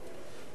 נא לשבת.